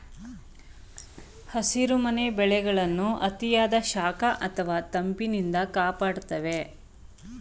ಹಸಿರುಮನೆ ಬೆಳೆಗಳನ್ನು ಅತಿಯಾದ ಶಾಖ ಅಥವಾ ತಂಪಿನಿಂದ ಕಾಪಾಡ್ತವೆ ಸಸಿಗಳನ್ನು ದೂಳಿನ ಬಿರುಗಾಳಿಯಿಂದ ರಕ್ಷಿಸ್ತದೆ